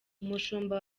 umushumba